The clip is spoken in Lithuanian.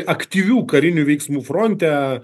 aktyvių karinių veiksmų fronte